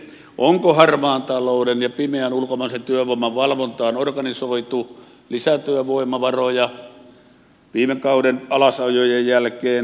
onko harmaan talouden ja pimeän ulkomaisen työvoiman valvontaan organisoitu lisätyövoimavaroja viime kauden alasajojen jälkeen